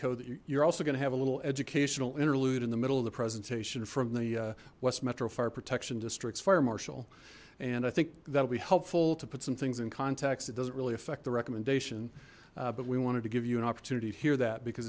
that you're also going to have a little educational interlude in the middle of the presentation from the west metro fire protection district fire marshal and i think that'll be helpful to put some things in context it doesn't really affect the recommendation but we wanted to give you an opportunity to hear that because